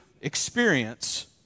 experience